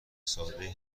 سادهای